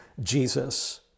Jesus